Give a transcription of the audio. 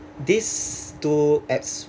these two apps